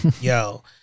Yo